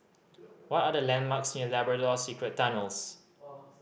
what are the landmarks near Labrador Secret Tunnels